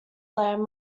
land